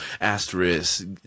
asterisk